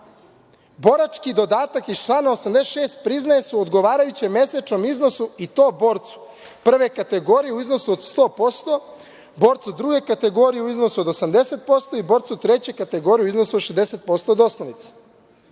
borački dodatak iz člana 86. priznaje se u odgovarajućem mesečnom iznosu, i to borcu prve kategorije u iznosu od 100%, borcu druge kategorije u iznosu od 80% i borcu treće kategorije u iznosu od 60% od osnovice.